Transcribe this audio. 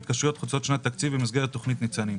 התקשרויות חוצות שנת תקציב במסגרת תכנית ניצנים.